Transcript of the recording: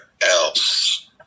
else